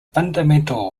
fundamental